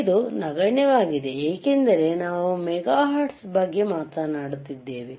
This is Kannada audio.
ಇದು ನಗಣ್ಯವಾಗಿದೆ ಏಕೆಂದರೆ ನಾವು ಮೆಗಾಹರ್ಟ್ಜ್ ಬಗ್ಗೆ ಮಾತನಾಡುತ್ತಿದ್ದೇವೆ